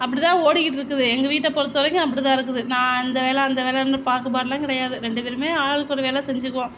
அப்படி தான் ஓடிக்கிட்டு இருக்குது எங்கள் வீட்டை பொறுத்த வரைக்கும் அப்படி தான் இருக்குது நான் இந்த வேலை அந்த வேலைனு பாகுபாடுலாம் கிடையாது ரெண்டு பேரும் ஆளுக்கு ஒரு வேலை செஞ்சுக்குவோம்